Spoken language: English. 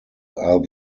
are